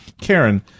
Karen